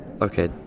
Okay